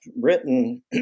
written